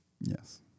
Yes